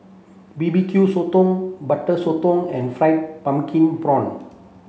B B Q sotong butter sotong and fried pumpkin prawn